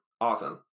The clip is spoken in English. Awesome